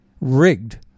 rigged